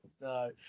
no